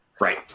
right